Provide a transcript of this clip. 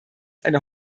eine